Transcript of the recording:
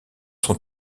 son